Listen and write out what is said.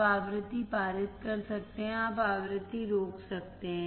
आप आवृत्ति पारित कर सकते हैं आप आवृत्ति रोक सकते हैं